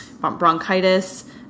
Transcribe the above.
bronchitis